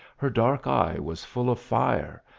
her dark eye was full of fire,